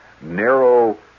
narrow